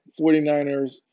49ers